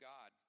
God